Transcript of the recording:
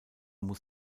muss